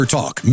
Talk